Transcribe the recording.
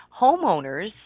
Homeowners